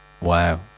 Wow